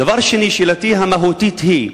דבר שני, שאלתי המהותית היא,